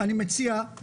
אז שזה יהיה אני מציע שרן,